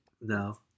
No